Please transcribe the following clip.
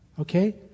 Okay